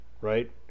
Right